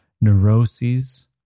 neuroses